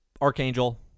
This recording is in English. Archangel